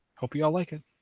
hope, you all like it.